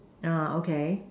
ah okay